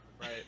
Right